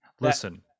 listen